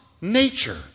nature